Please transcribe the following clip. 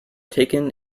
taken